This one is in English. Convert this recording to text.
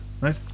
right